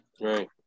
Right